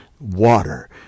water